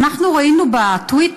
אנחנו ראינו בטוויטר,